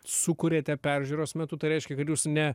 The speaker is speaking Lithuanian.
sukuriate peržiūros metu tai reiškia kad jūs ne